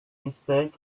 mistake